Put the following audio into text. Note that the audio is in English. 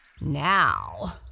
now